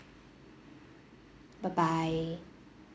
bye bye